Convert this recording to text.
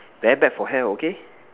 very bad for health okay